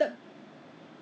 不知道什么我朋友那是